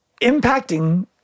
impacting